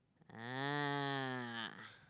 ah